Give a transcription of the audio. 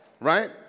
Right